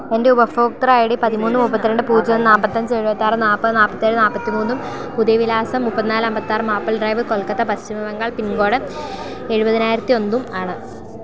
എൻ്റെ ഉപഭോക്തൃ I D പതിമൂന്ന് മുപ്പത്തി രണ്ട് പൂജ്യം ഒന്ന് നാൽപ്പത്തി അഞ്ച് എഴുപത്താറ് നാൽപ്പത് നാൽപ്പത്തേഴ് നാൽപ്പത്തി മൂന്നും പുതിയ വിലാസം മുപ്പത്തി നാല് അൻപത്തി ആറ് maple drive Kolkata Paschima Bengal pincode എഴുപതിനായിരത്തി ഒന്നും ആണ്